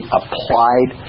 applied